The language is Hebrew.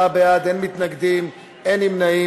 34 בעד, אין מתנגדים ואין נמנעים.